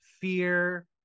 fear